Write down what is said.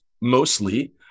mostly